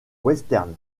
western